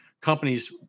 companies